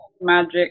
magic